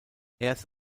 erst